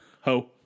ho